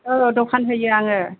औ दखान होयो आङो